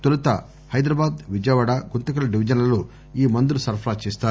తొలుత హైదరాబాద్ విజయవాడ గుంతకల్ డివిజన్లలో ఈ మందులు సరఫరా చేస్తారు